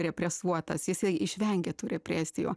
represuotas jisai išvengė tų represijų